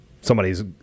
somebody's